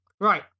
Right